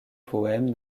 poèmes